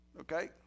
okay